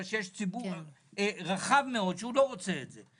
אלא יש ציבור רחב מאוד שלא רוצה את זה.